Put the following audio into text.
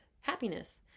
Happiness